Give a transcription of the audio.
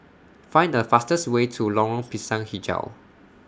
Find The fastest Way to Lorong Pisang Hijau